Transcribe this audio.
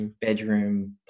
bedroom